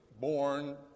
born